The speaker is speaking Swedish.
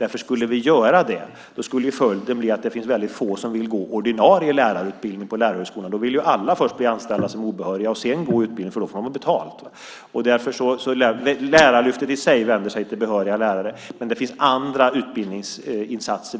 Om vi skulle göra det blir ju följden att det blir väldigt få som vill gå ordinarie lärarutbildning på lärarhögskolorna. Då vill ju alla först bli anställda som obehöriga och sedan gå utbildningen, för då får man ju betalt. Lärarlyftet i sig vänder sig alltså till behöriga lärare, men det finns andra utbildningsinsatser